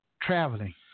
Traveling